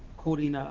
quoting ah